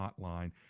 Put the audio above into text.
hotline